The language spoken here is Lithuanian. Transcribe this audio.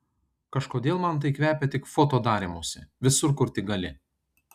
kažkodėl man tai kvepia tik foto darymusi visur kur tik gali